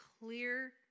clear